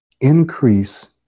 increase